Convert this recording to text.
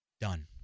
done